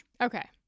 okay